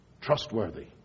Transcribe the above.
trustworthy